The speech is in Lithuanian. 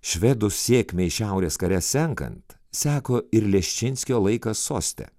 švedų sėkmei šiaurės kare senkant seko ir leščinskio laikas soste